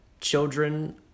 children